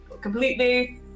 completely